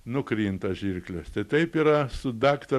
nukrinta žirklės tai taip yra su daktaru